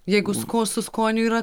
jeigu sko su skoniu yra